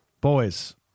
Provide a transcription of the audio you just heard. boys